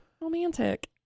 romantic